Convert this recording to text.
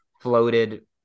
floated